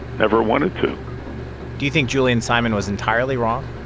never wanted to do you think julian simon was entirely wrong?